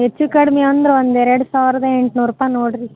ಹೆಚ್ಚು ಕಡ್ಮೆ ಅಂದ್ರೆ ಒಂದು ಎರಡು ಸಾವಿರದ ಎಂಟ್ನೂರು ರೂಪಾಯಿ ನೋಡಿರಿ